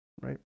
right